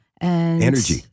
Energy